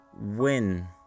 win